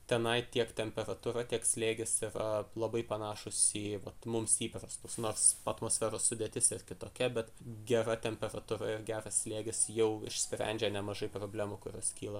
tenai tiek temperatūra tiek slėgis yra labai panašūs į vat mums įprastus nors atmosferos sudėtis ir kitokia bet gera temperatūra ir geras slėgis jau išsprendžia nemažai problemų kurios kyla